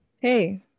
hey